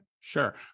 Sure